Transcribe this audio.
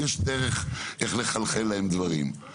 יש דרך איך לחלחל להם דברים.